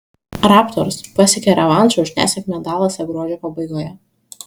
raptors pasiekė revanšą už nesėkmę dalase gruodžio pabaigoje